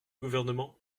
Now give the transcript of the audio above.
gouvernement